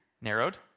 narrowed